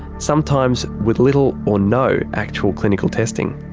sometimes with little or no actual clinical testing.